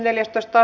asia